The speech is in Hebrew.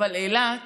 אבל אילת